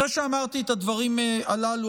אחרי שאמרתי את הדברים הללו,